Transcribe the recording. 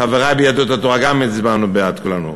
חברי ביהדות התורה, גם, הצבענו בעד כולנו.